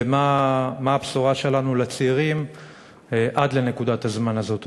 ומה הבשורה שלנו לצעירים עד לנקודת הזמן הזאת?